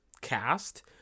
cast